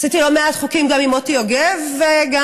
ועשיתי לא מעט חוקים גם עם מוטי יוגב וגם